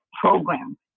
program